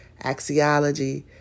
axiology